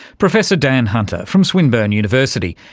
professor dan hunter from swinburne university,